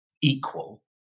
equal